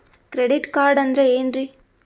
Credit card ಅಂದ್ರ ಏನ್ರೀ?